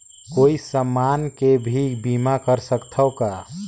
कोई समान के भी बीमा कर सकथव का?